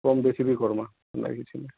କମ୍ ବେଶୀ ବି କର୍ମା ଏନ୍ତା କିଛି ନାହିଁ